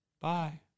Bye